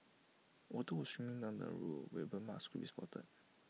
water was streaming down the roof where burn marks could be spotted